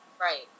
Right